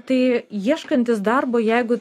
tai ieškantis darbo jeigu